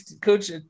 Coach